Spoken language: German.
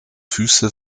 füße